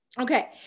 Okay